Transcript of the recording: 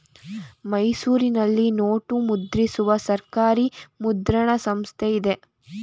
ಮೈಸೂರಿನಲ್ಲಿ ನೋಟು ಮುದ್ರಿಸುವ ಸರ್ಕಾರಿ ಮುದ್ರಣ ಸಂಸ್ಥೆ ಇದೆ